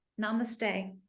Namaste